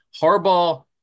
Harbaugh